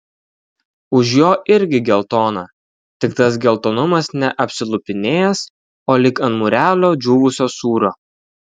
už jo irgi geltona tik tas geltonumas ne apsilupinėjęs o lyg ant mūrelio džiūvusio sūrio